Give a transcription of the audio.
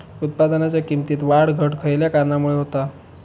उत्पादनाच्या किमतीत वाढ घट खयल्या कारणामुळे होता?